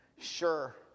Sure